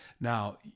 Now